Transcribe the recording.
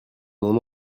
mon